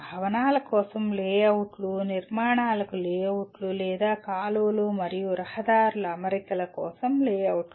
భవనాల కోసం లేఅవుట్లు నిర్మాణాలకు లేఅవుట్లు లేదా కాలువలు మరియు రహదారుల అమరికల కోసం లేఅవుట్లు